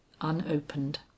unopened